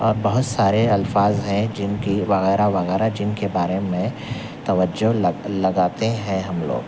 اور بہت سارے الفاظ ہیں جن کی وغیرہ وغیرہ جن کے بارے میں توجہ لگاتے ہیں ہم لوگ